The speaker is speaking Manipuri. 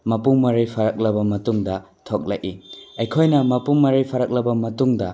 ꯃꯄꯨꯡ ꯃꯔꯩ ꯐꯥꯔꯛꯂꯕ ꯃꯇꯨꯡꯗ ꯊꯣꯛꯂꯛꯏ ꯑꯩꯈꯣꯏꯅ ꯃꯄꯨꯡ ꯃꯔꯩ ꯐꯥꯔꯛꯂꯕ ꯃꯇꯨꯡꯗ